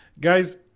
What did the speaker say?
guys